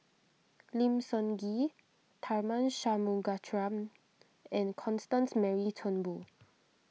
Lim Sun Gee Tharman Shanmugaratnam and Constance Mary Turnbull